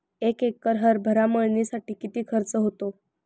एक एकर हरभरा मळणीसाठी किती खर्च होतो?